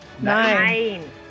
nine